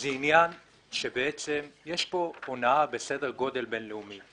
אלא זה העובדה שבעצם יש פה הונאה בסדר גודל בין-לאומי.